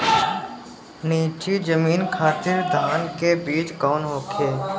नीची जमीन खातिर धान के बीज कौन होखे?